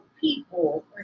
people